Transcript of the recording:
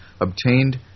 obtained